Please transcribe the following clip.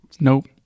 Nope